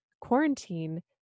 quarantine